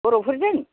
बर'फोरजों